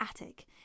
attic